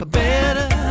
better